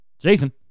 Jason